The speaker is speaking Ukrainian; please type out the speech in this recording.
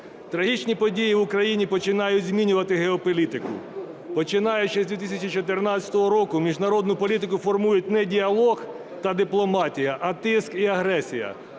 Трагічні події в Україні починають змінювати геополітику, починаючи з 2014 року. Міжнародну політику формує не діалог та дипломатія, а тиск і агресія.